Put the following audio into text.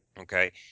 Okay